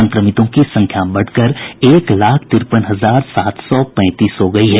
संक्रमितों की संख्या बढ़कर एक लाख तिरपन हजार सात सौ पैंतीस हो गयी है